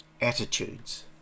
attitudes